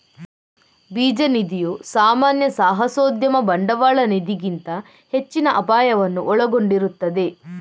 ಬೀಜ ನಿಧಿಯು ಸಾಮಾನ್ಯ ಸಾಹಸೋದ್ಯಮ ಬಂಡವಾಳ ನಿಧಿಗಿಂತ ಹೆಚ್ಚಿನ ಅಪಾಯವನ್ನು ಒಳಗೊಂಡಿರುತ್ತದೆ